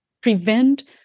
prevent